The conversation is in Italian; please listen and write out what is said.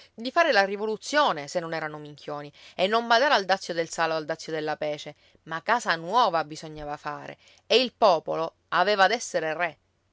di fare la rivoluzione se non erano minchioni e non badare al dazio del sale o al dazio della pece ma casa nuova bisognava fare e il popolo aveva ad essere re